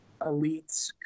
elites